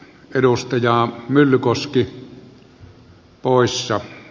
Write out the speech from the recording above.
arvoisa herra puhemies